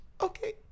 Okay